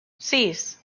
sis